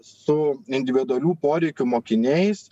su individualių poreikių mokiniais